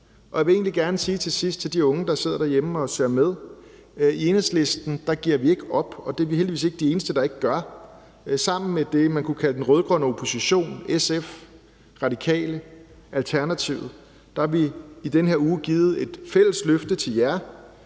og jeg vil egentlig gerne her til sidst sige til de unge, der sidder derhjemme og ser med: I Enhedslisten giver vi ikke op, og det er vi heldigvis ikke de eneste der ikke gør. Sammen med det, man kunne kalde den rød-grønne opposition, SF, Radikale og Alternativet, har vi i den her uge givet et fælles løfte til jer,